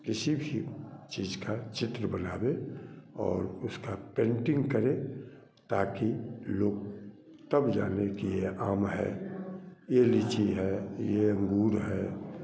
किसी भी चीज़ का चित्र बनावे और उसका पेंटिंग करें ताकि लोग तब जाने कि यह आम है यह लीची है यह अंगूर है